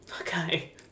okay